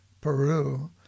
Peru